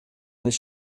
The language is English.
their